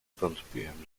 wątpiłem